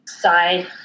side